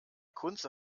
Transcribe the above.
kunze